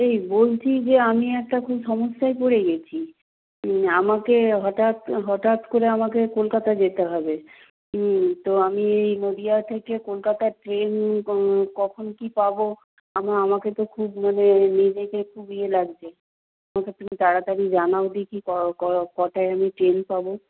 এই বলছি যে আমি একটা খুব সমস্যায় পড়ে গেছি আমাকে হঠাৎ হঠাৎ করে আমাকে কলকাতা যেতে হবে তো আমি নদীয়া থেকে কলকাতার ট্রেন কখন কী পাব আমাকে তো খুব মানে নিজেকে খুব ইয়ে লাগছে তুমি তাড়াতাড়ি জানাও দেখি কটায় আমি ট্রেন পাব